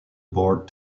bored